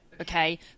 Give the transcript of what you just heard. okay